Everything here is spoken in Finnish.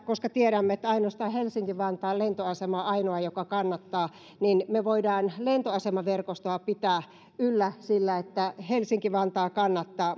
koska tiedämme että helsinki vantaan lentoasema on ainoa joka kannattaa niin me voimme lentoasemaverkostoa pitää yllä sillä että helsinki vantaa kannattaa